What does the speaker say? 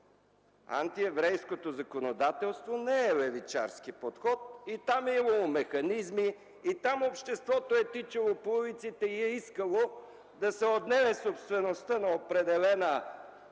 Антиеврейското законодателство не е левичерски подход. И там е имало механизми, и там обществото е тичало по улиците и е искало да се отнеме собствеността на определена